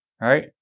Right